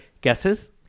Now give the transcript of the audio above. Guesses